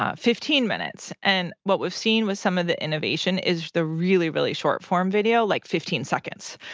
ah fifteen minutes. and what we've seen with some of the innovation is the really, really short form video, like fifteen seconds.